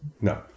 No